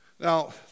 Now